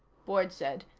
boyd said.